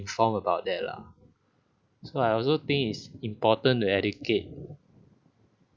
form about that lah so I also think is important to educate